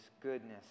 goodness